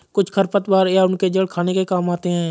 कुछ खरपतवार या उनके जड़ खाने के काम आते हैं